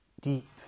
deep